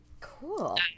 Cool